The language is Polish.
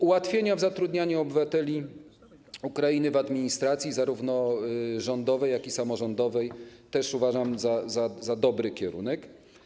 Ułatwienia w zatrudnianiu obywateli Ukrainy w administracji zarówno rządowej, jak i samorządowej też uważam za dobry kierunek.